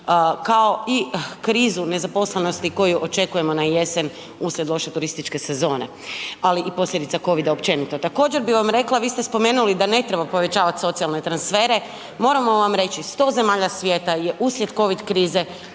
kao i krizu nezaposlenosti koju očekujemo na jesen uslijed loše turističke sezone, ali i posljedica covida općenito. Također bi vam rekla, vi ste spomenuli da ne treba povećavat socijalne transfere, moramo vam reći 100 zemalja svijeta je uslijed covid krize